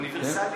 האוניברסלי.